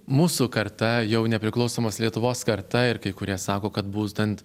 mūsų karta jau nepriklausomos lietuvos karta ir kai kurie sako kad būtent